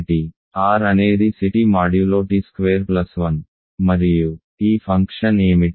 R అనేది C t modulo t square plus 1 మరియు ఈ ఫంక్షన్ ఏమిటి